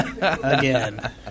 again